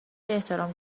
احترام